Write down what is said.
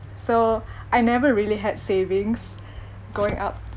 so I never really had savings growing up